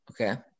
Okay